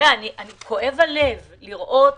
כואב הלב לראות